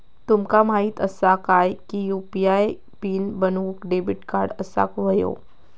तुमका माहित असा काय की यू.पी.आय पीन बनवूक डेबिट कार्ड असाक व्हयो